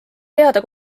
teada